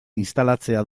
instalatzea